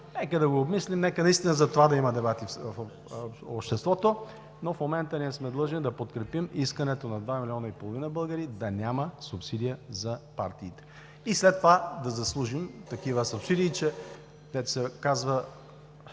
нека да го обмислим, нека наистина за това да има дебати в обществото, но в момента ние сме длъжни да подкрепим искането на два милиона и половина българи да няма субсидия за партиите. И след това да заслужим такива субсидии, че, дето се казва,